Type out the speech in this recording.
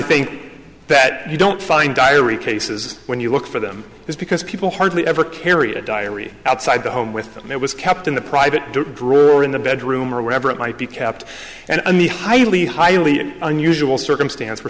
think that you don't find diary cases when you look for them it's because people hardly ever carry a diary outside the home with them it was kept in the private drawer in the bedroom or wherever it might be kept and the highly highly unusual circumstance